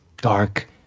dark